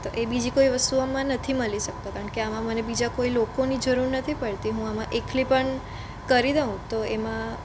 તો એ બીજી કોઈ વસ્તુઓમાં નથી મળી શકતો કારણ કે આમાં મને બીજા કોઈ લોકોની જરૂર નથી પડતી હું આમાં એકલી પણ કરી દઉં તો એમાં